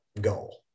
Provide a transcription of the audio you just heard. goal